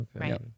Right